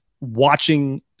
watching